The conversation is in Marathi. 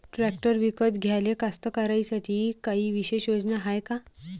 ट्रॅक्टर विकत घ्याले कास्तकाराइसाठी कायी विशेष योजना हाय का?